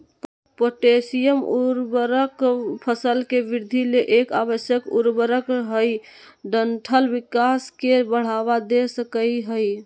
potassium उर्वरक फसल के वृद्धि ले एक आवश्यक उर्वरक हई डंठल विकास के बढ़ावा दे सकई हई